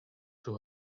too